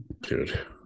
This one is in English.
Dude